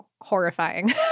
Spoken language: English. horrifying